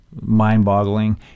mind-boggling